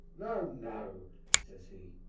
no, no says he,